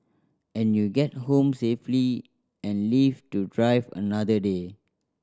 and you get home safely and live to drive another day